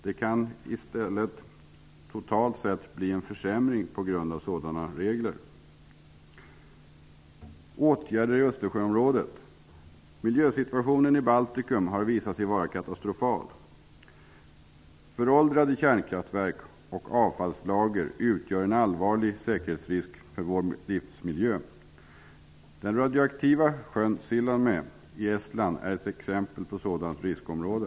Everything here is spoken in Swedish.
Det kan i stället totalt sett bli en försämring på grund av sådana regler. Så vill jag nämna åtgärder i Östersjöområdet. Miljösituationen i Baltikum har visat sig vara katastrofal. Föråldrade kärnkraftverk och avfallslager utgör en allvarlig säkerhetsrisk för vår livsmiljö. Den radioaktiva sjön Sillamäe i Estland är ett exempel på sådant riskområde.